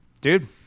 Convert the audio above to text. dude